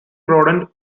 broadened